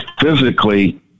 physically